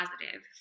positive